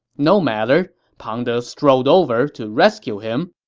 no matter. pang de strolled over to rescue him.